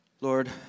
Lord